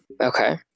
Okay